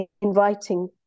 inviting